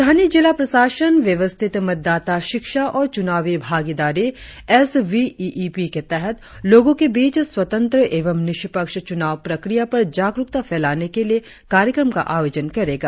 राजधानी जिला प्रशासन व्यवस्थित मतदाता शिक्षा और चुनावी भागीदारी S V E E P के तहत लोगों के बीच स्वंतत्र एवं निष्पक्ष चुनाव प्रक्रिया पर जागरुकता फैलाने के लिए कार्यक्रम का आयोजन करेगा